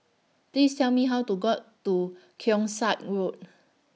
Please Tell Me How to got to Keong Saik Road